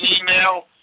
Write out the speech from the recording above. email